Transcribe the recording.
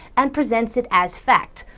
and presents it as fact.